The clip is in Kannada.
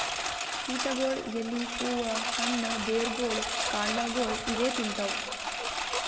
ಕೀಟಗೊಳ್ ಎಲಿ ಹೂವಾ ಹಣ್ಣ್ ಬೆರ್ಗೊಳ್ ಕಾಂಡಾಗೊಳ್ ಇವೇ ತಿಂತವ್